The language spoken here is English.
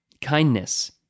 kindness